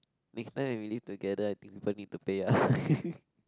next time we really together i think people need to pay us